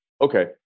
okay